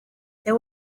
there